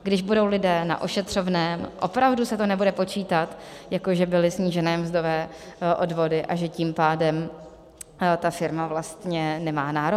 Když budou lidé na ošetřovném, opravdu se to nebude počítat, jako že byly snížené mzdové odvody a že tím pádem ta firma vlastně nemá nárok?